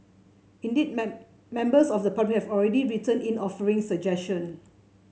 indeed members of the have already written in offering suggestion